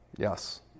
Yes